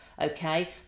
okay